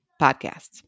Podcasts